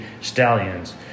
Stallions